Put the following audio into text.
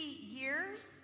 years